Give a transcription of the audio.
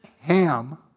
Ham